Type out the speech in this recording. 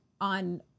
on